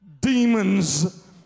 demons